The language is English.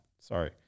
Sorry